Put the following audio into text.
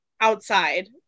outside